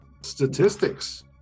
statistics